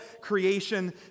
creation